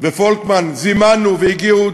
ועם פולקמן זימנו, והגיעו